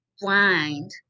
blind